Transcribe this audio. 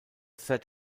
said